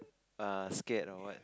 err scared or what